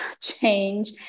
change